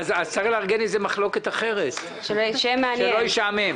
אז צריך לארגן איזו מחלוקת אחרת, שלא ישעמם...